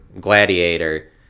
Gladiator